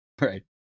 Right